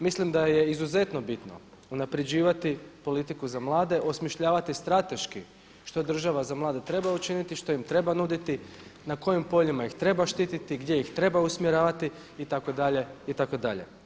Mislim da je izuzetno bitno unapređivati politiku za mlade, osmišljavati strateški što država za mlade treba učiniti, što im treba nuditi, na kojim poljima ih treba štiti, gdje ih treba usmjeravati itd., itd.